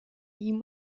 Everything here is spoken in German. ihm